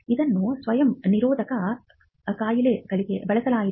ಇದನ್ನು ಸ್ವಯಂ ನಿರೋಧಕ ಕಾಯಿಲೆಗಳಿಗೆ ಬಳಸಲಾಗುತ್ತದೆ